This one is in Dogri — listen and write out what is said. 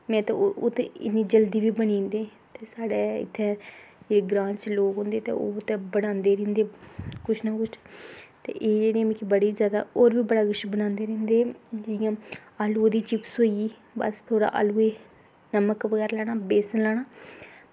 में ते ओह् इन्नी जल्दी बी बनी जंदे ते साढ़े इत्थै ग्रांऽ च लोग होंदे ते ओह् ते बनांदे रौंह्दे कुछ ना कुछ ते एह् ते मिगी बड़ी जादा होर बी कुछ ना कुछ बनांदे रौंह्दे जि'यां आलू दी चिप्स होई बस थोह्ड़ा आलुऐ गी नमक बगैरा लाना बेसन लाना